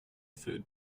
food